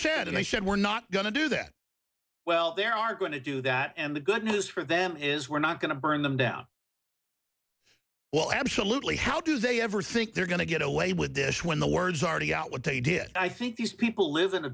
said and they said we're not going to do that well there are going to do that and the good news for them is we're not going to burn them down well absolutely how do they ever think they're going to get away with dish when the word's already out what they did i think these people live in a